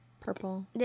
purple